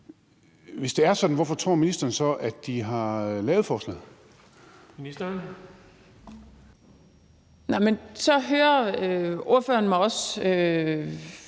hvorfor tror ministeren så at de har lavet borgerforslaget?